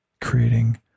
Creating